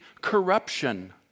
corruption